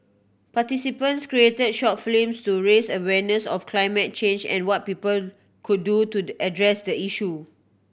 participants created short films to raise awareness of climate change and what people could do to address the issue